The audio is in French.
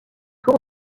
tour